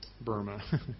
Burma